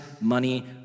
money